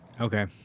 Okay